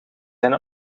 zijn